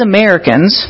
Americans